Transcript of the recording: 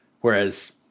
Whereas